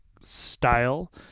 style